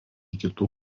kitų